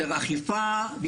יותר אכיפה.